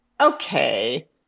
okay